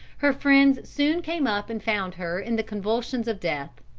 her friends soon came up and found her in the convulsions of death.